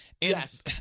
Yes